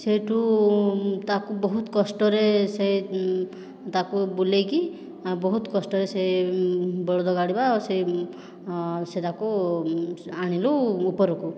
ସେଇଠୁ ତା'କୁ ବହୁତ କଷ୍ଟରେ ସେ ତା'କୁ ବୁଲେଇକି ବହୁତ କଷ୍ଟରେ ସେ ବଳଦ ଗାଡ଼ି ବା ସେ ସେ ତା'କୁ ଆଣିଲୁ ଉପରକୁ